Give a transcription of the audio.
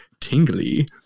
tingly